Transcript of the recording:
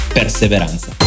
perseveranza